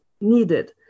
needed